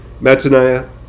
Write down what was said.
Mataniah